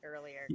earlier